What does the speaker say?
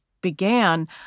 began